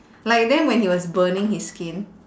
like then when he was burning his skin